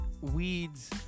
Weeds